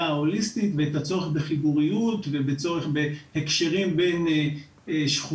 ההוליסטית ואת הצורך בחיבוריות ואת הצורך בהקשרים בין שכונות.